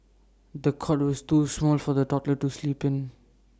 the cot was too small for the toddler to sleep in